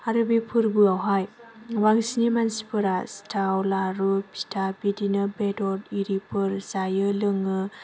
आरो बे फोरबोआवहाय बांसिनै मानसिफोरा फिथा सिथाव लारु फिथा बिदिनो बेदर आरिफोर जायो लोङो